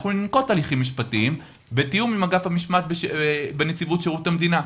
אנחנו ננקוט הליכים משפטיים בתיאום עם אגף המשמעת בנציבות שירות המדינה.